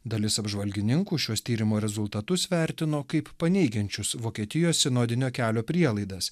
dalis apžvalgininkų šiuos tyrimo rezultatus vertino kaip paneigiančius vokietijos sinodinio kelio prielaidas